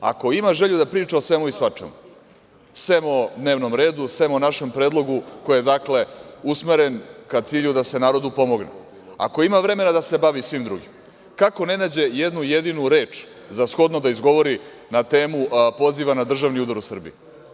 Ako ima želju da priča o svemu i svačemu, sem o dnevnom redu, sem o našem predlogu koji je usmeren ka cilju da se narodu pomogne, ako ima vremena da se bavi svim drugim, kako ne nađe jednu jedinu reč za shodno da izgovori na temu poziva na državni udar u Srbiji?